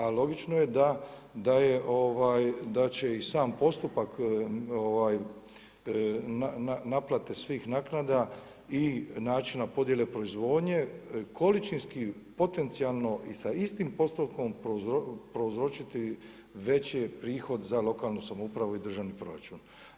A logično je da da će i sam postupak naplate svih naknada i načina podjele proizvodnje količinski potencijalno i sa istim postotkom prouzročiti veći prihod za lokalnu samoupravu i državni proračun.